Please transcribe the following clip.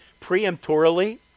preemptorily